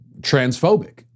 transphobic